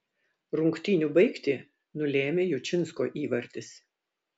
rungtynių baigtį nulėmė jučinsko įvartis